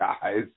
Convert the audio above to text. guys